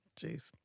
Jeez